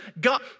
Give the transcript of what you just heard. God